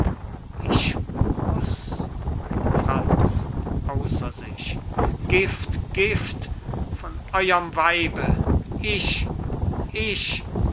ich muß franz außer sich gift gift von euerm weibe ich ich